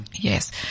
Yes